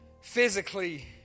physically